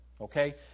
Okay